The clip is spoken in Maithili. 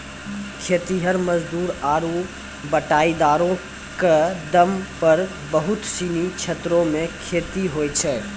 खेतिहर मजदूर आरु बटाईदारो क दम पर बहुत सिनी क्षेत्रो मे खेती होय छै